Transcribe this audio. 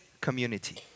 community